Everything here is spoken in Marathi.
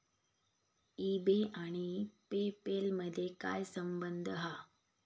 ई बे आणि पे पेल मधे काय संबंध हा?